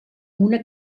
una